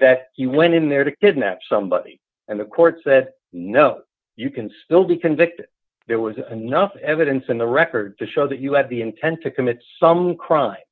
that he went in there to kidnap somebody and the court said no you can still be convicted there was enough evidence in the record to show that you had the intent to commit some cr